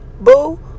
Boo